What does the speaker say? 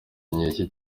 nkeke